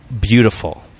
beautiful